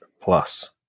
plus